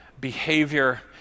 behavior